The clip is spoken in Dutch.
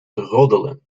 roddelen